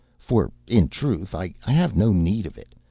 for in truth i have no need of it.